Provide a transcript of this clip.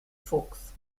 fuchs